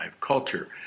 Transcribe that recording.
culture